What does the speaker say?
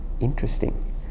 interesting